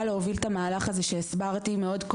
להוביל את המהלך הזה שהסברתי מאוד.